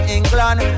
England